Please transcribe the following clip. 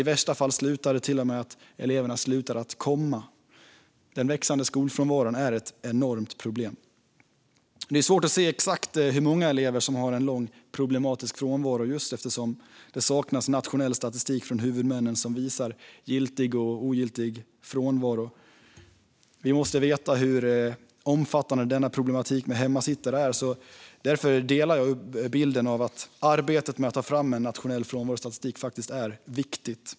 I värsta fall slutar eleverna att komma till skolan. Den växande skolfrånvaron är ett enormt problem. Det är svårt att säga exakt hur många elever som har en lång och problematisk frånvaro just eftersom det saknas nationell statistik från huvudmännen som visar giltig och ogiltig frånvaro. Vi måste veta hur omfattande problematiken med hemmasittare är, och därför delar jag bilden av att arbetet med att ta fram en nationell frånvarostatistik är viktigt.